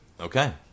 Okay